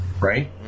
right